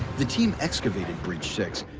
the team excavated breach six,